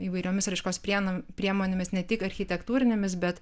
įvairiomis raiškos prienam priemonėmis ne tik architektūrinėmis bet